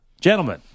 Gentlemen